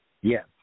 Yes